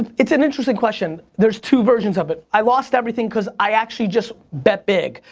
it's an interesting question. there's two versions of it. i lost everything cause i actually just bet big.